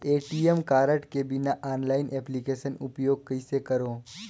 ATM card के बिना online application उपयोग कइसे करो?